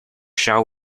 shall